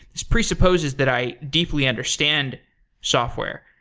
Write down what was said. is presupposes that i deeply understand software.